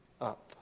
up